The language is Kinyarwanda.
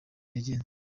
yagenze